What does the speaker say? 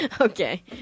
Okay